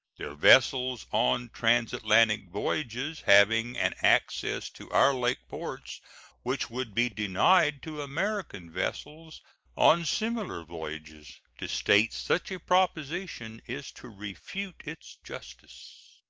their vessels on transatlantic voyages having an access to our lake ports which would be denied to american vessels on similar voyages. to state such a proposition is to refute its justice.